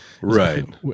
right